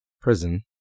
prison